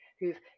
who've